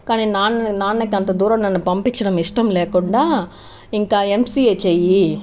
కానీ నాన్న నాన్నకి అంత దూరం నన్ను పంపించడం ఇష్టం లేకుండా ఇంకా ఎంసీఏ చెయ్యి